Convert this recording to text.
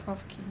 prof Kim